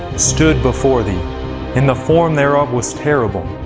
stood before thee and the form thereof was terrible.